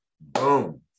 Boom